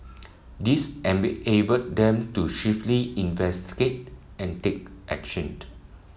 this enabled them to investigate and take actioned